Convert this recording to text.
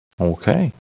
Okay